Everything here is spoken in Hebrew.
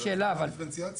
אין דיפרנציאציה.